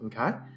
okay